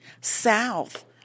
South